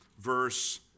verse